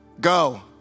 Go